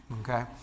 Okay